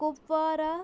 Kupwara